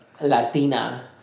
Latina